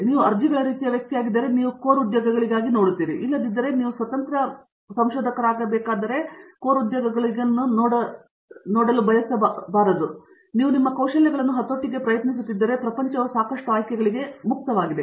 ನೀವು ಅರ್ಜಿಗಳ ರೀತಿಯ ವ್ಯಕ್ತಿಯಾಗಿದ್ದರೆ ನೀವು ಕೋರ್ ಉದ್ಯೋಗಗಳಿಗಾಗಿ ನೋಡುತ್ತೀರಿ ಆದರೆ ನೀವು ನಿಮ್ಮ ಕೌಶಲ್ಯಗಳನ್ನು ಹತೋಟಿಗೆ ಪ್ರಯತ್ನಿಸುತ್ತಿದ್ದರೆ ಪ್ರಪಂಚವು ಸಾಕಷ್ಟು ಆಯ್ಕೆಗಳಿಗೆ ಮುಕ್ತವಾಗಿದೆ